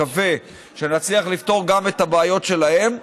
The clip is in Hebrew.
מקווה שנצליח לפתור גם את הבעיות שלהם,